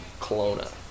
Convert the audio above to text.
Kelowna